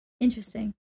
Interesting